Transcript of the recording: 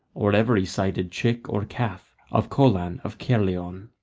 or ever he sighted chick or calf of colan of caerleon.